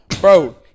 bro